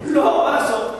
לא, מה לעשות.